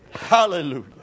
Hallelujah